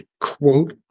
quote